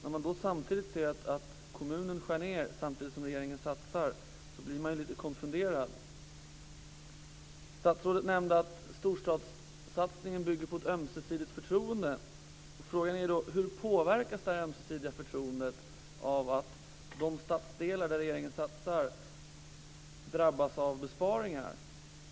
När man ser att kommunen skär ned samtidigt som regeringen satsar blir man lite konfunderad. Statsrådet nämnde att storstadssatsningen bygger på ett ömsesidigt förtroende. Frågan är då: Hur påverkas det här ömsesidiga förtroendet av att de stadsdelar där regeringen satsar drabbas av besparingar?